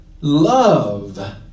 love